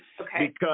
Okay